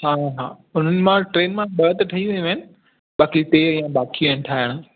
हा हा उन्हनि मां टिनि मां ॿ त ठही वयूं आहिनि बाक़ी टे बाक़ी आहिनि ठाहिणा